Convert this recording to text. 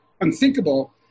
unthinkable